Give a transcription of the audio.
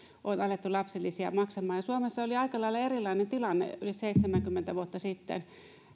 on alettu lapsilisiä maksamaan ja suomessa oli aika lailla erilainen tilanne yli seitsemänkymmentä vuotta sitten